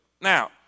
Now